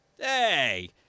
hey